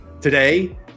today